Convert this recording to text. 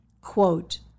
quote